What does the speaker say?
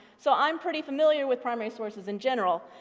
so i'm pretty familiar with primary sources in general,